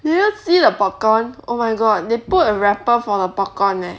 do you see the popcorn oh my god they put a wrapper for the popcorn eh